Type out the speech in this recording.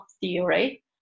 theory